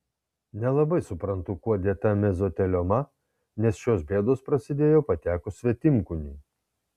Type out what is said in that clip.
nelabai suprantu kuo dėta mezotelioma nes šios bėdos prasidėjo patekus svetimkūniui